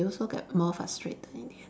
you also get more frustrated in the end